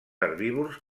herbívors